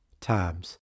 times